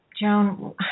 Joan